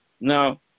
now